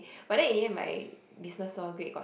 but then in the end my business law grade got